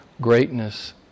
greatness